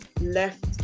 left